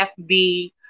FB